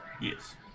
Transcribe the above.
Yes